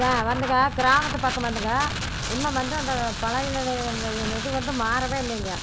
வந்துங்க கிராமத்துப்பக்கம் வந்துங்க இன்னும் வந்து அந்த பழைய நிலைய அந்த இது வந்து மாறவே இல்லைங்க